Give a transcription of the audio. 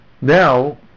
Now